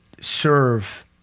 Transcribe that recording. serve